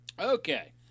Okay